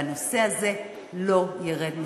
והנושא הזה לא ירד מסדר-היום.